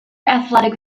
athletic